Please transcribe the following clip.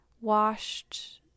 washed